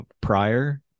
prior